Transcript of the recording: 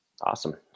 Awesome